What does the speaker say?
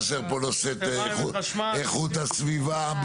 חסר פה נושא איכות הסביבה,